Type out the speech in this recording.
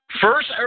First